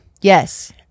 yes